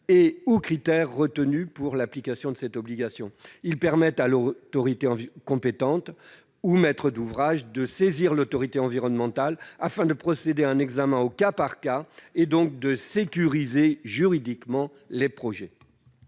et/ou critères retenus pour l'application de cette obligation. Il permet également à l'autorité compétente, ou au maître d'ouvrage, de saisir l'autorité environnementale afin de procéder à un examen au cas par cas, et donc de sécuriser juridiquement les projets.